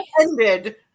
ended